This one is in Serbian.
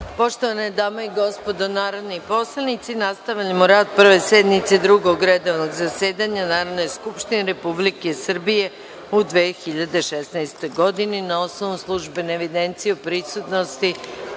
Poštovane dame i gospodo narodni poslanici, nastavljamo rad Prve sednice Drugog redovnog zasedanja Narodne skupštine Republike Srbije u 2016. godini. Na osnovu službene evidencije o prisutnosti